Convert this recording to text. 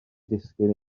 disgyn